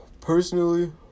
personally